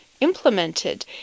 implemented